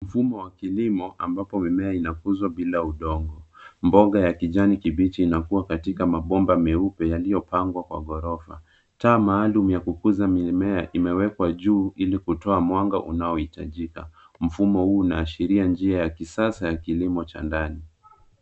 Mfumo wa kilimo ambapo mimea inakuzwa bila udongo. Mboga ya kijani kibichi inakua katika mabomba meupe yaliyopangwa kwa ghorofa. Taa maalum ya kukuza mimea imewekwa juu ili kutoa mwanga unaoitajika. Mfumo huu unaashiria njia ya kisasa ya kilimo cha ndani.